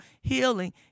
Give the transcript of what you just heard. healing